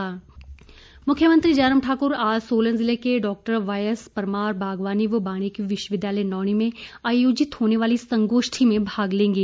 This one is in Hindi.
मुख्यमंत्री मुख्यमंत्री जयराम ठाकुर आज सोलन जिले के डा वाई एस परमार बागवानी व वानिकी विश्वविद्यालय नौणी में आयोजित होने वाली संगोष्ठी में भाग लेंगे